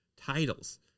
titles